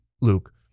Luke